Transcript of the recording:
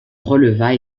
releva